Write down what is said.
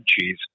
cheese